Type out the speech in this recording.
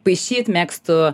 paišyt mėgstu